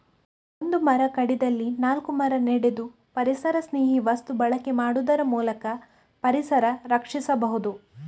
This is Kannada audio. ಒಂದು ಮರ ಕಡಿದಲ್ಲಿ ನಾಲ್ಕು ಮರ ನೆಡುದು, ಪರಿಸರಸ್ನೇಹಿ ವಸ್ತು ಬಳಕೆ ಮಾಡುದ್ರ ಮೂಲಕ ಪರಿಸರ ರಕ್ಷಿಸಬಹುದು